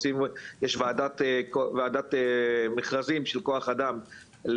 יש וועדת מכרזים של כוח אדם,